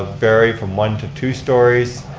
ah vary from one to two stories.